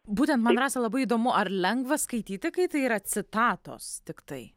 būtent man rasa labai įdomu ar lengva skaityti kai tai yra citatos tiktai